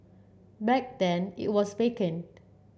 back then it was vacant